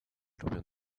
robią